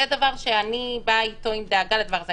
זה דבר שאני באה איתו עם דאגה לדבר הזה.